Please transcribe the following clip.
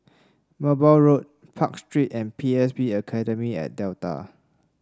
Merbau Road Park Street and P S B Academy at Delta